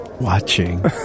Watching